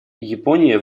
япония